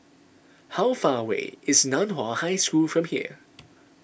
how far away is Nan Hua High School from here